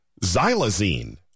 Xylazine